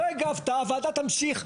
לא הגבת, הוועדה תמשיך.